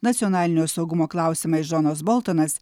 nacionalinio saugumo klausimais džonas boltonas